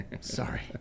Sorry